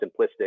simplistic